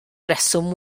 reswm